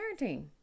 parenting